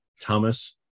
thomas